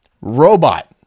Robot